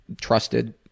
trusted